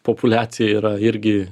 populiacija yra irgi